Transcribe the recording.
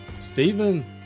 Stephen